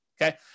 okay